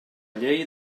llei